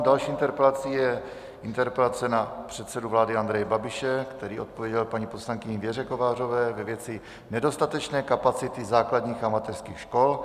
Další interpelací je interpelace na předsedu vlády Andreje Babiše, který odpověděl paní poslankyni Věře Kovářové ve věci nedostatečné kapacity základních a mateřských škol.